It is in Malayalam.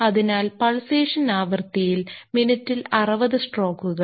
അതിനാൽ പൾസേഷൻ ആവൃത്തിയിൽ മിനിറ്റിൽ 60 സ്ട്രോക്കുകൾ